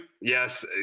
yes